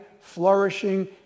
flourishing